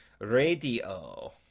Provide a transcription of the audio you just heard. Radio